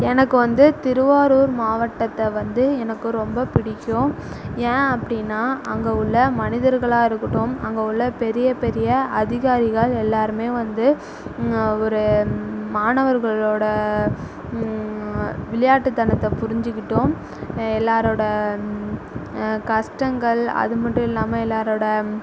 எனக்கு வந்து திருவாரூர் மாவட்டத்தை வந்து எனக்கு ரொம்ப பிடிக்கும் ஏன் அப்படினா அங்கே உள்ள மனிதர்களாக இருக்கட்டும் அங்கே உள்ள பெரிய பெரிய அதிகாரிகள் எல்லாருமே வந்து ஒரு மாணவர்களோடய விளையாட்டுத்தனத்தை புரிஞ்சிகிட்டும் எல்லாரோடய கஷ்டங்கள் அது மட்டும் இல்லாமல் எல்லாரோடய